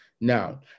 Now